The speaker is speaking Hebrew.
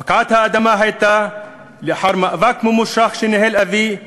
הפקעת האדמה הייתה לאחר מאבק ממושך שניהל אבי נגדה,